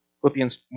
Philippians